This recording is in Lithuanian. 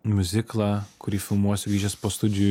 miuziklą kurį filmuosiu grįžęs po studijų